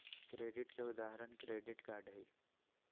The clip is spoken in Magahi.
क्रेडिट के उदाहरण क्रेडिट कार्ड हई